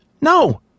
No